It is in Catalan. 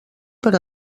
per